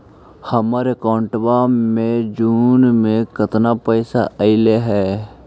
हमर अकाउँटवा मे जून में केतना पैसा अईले हे?